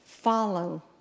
follow